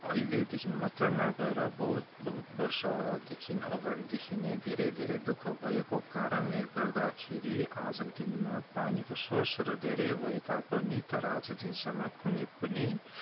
अहिलेदेखि मात्र नभएर बहुत बहुत वर्षदेखि अघाडिदेखि नै धेरै धेरै दुःख भएको कारणले गर्दाखेरि आजको दिनमा पानीको सोर्सहरू धेरै भए तापनि तर आजको दिनसम्म कुनै पनि